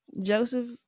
joseph